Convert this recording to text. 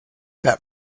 that